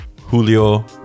Julio